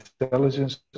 intelligence